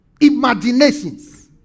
imaginations